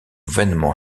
vainement